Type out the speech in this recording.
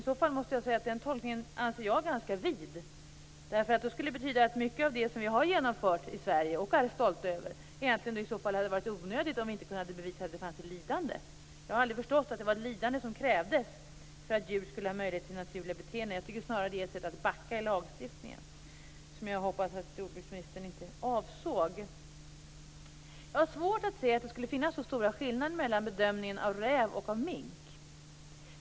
I så fall anser jag den tolkningen ganska vid. Det skulle betyda att mycket av det som har genomförts i Sverige och som vi är stolta över hade varit onödigt, om det inte hade kunnat bevisats att det fanns ett lidande. Jag har aldrig förstått att det krävdes ett lidande för att djur skulle ha möjlighet att utöva sina naturliga beteenden. Jag tycker snarare att det är ett sätt att backa i lagstiftningen, något som jag hoppas att jordbruksministern inte avsåg. Jag har svårt att se att det skulle finnas så stora skillnader i bedömningen när det gäller räv och mink.